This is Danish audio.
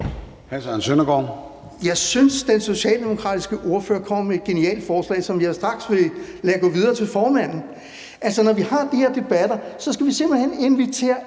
Søren Søndergaard (EL): Jeg synes, den socialdemokratiske ordfører kommer med et genialt forslag, som jeg straks vil lade gå videre til formanden. Altså, når vi har de her debatter, skal vi simpelt hen invitere